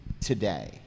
today